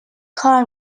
کار